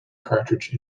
cartridge